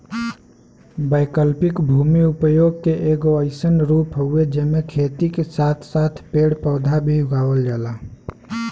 वैकल्पिक भूमि उपयोग के एगो अइसन रूप हउवे जेमे खेती के साथ साथ पेड़ पौधा भी उगावल जाला